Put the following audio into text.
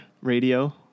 radio